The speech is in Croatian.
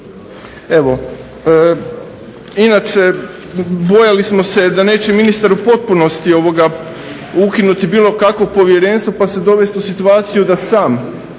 Evo, inače bojali smo se da neće ministar u potpunosti ukinuti bilo kakvo povjerenstvo pa se dovesti u situaciju da se